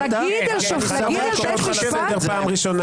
תודה רבה,